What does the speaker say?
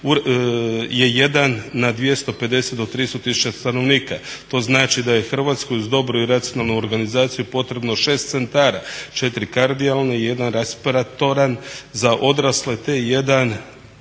je 1 na 250 do 300 tisuća stanovnika. To znači da je Hrvatskoj uz dobru i racionalnu organizaciju potrebno 6 centara, 4 kardijalna i 1 respiratoran za odrasle te 1